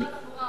של שר התחבורה,